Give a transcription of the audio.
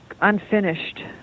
unfinished